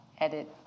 edit